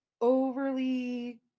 overly